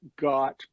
got